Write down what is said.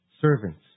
servants